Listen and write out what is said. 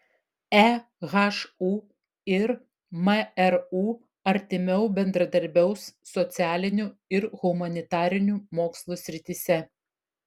ehu ir mru artimiau bendradarbiaus socialinių ir humanitarinių mokslų srityse